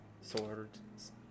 swords